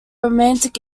romantic